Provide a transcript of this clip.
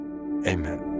amen